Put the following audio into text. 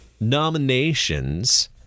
nominations